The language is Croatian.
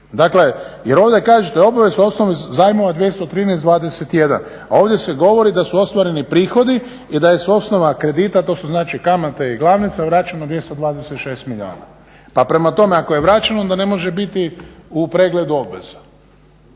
Dakle jer ovdje … /Govornik prebrzo govori, ne razumije se./ … 213,21 a ovdje se govori da su ostvareni prihodi i da je s osnova kredita to su znači kamate i glavnica vraćeno 226 milijuna. Pa prema toma ako je vraćeno onda ne može biti u pregledu obveza.